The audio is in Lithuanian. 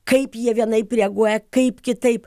kaip jie vienaip reaguoja kaip kitaip